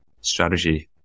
strategy